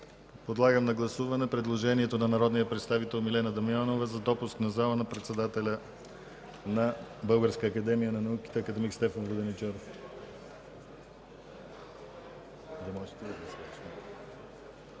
Подлагам на гласуване предложението на народния представител Милена Дамянова за допускане в залата на председателя на Българската академия на науките акад. Стефан Воденичаров.